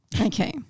okay